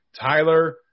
Tyler